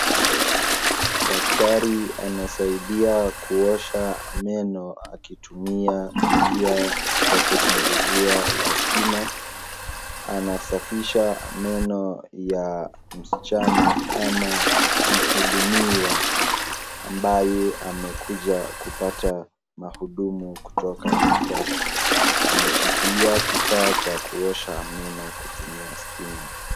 Daktari anasaidia kuosha meno akitumia njia ya teknolojia ya stima. Anasafisha meno ya msichana ama mhudumiwa ambaye amekuja kupata mahudumu kutoka kwake. Ameshikilia kifaa cha kuosha meno kutumia stima.